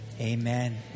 Amen